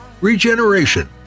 Regeneration